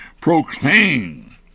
proclaim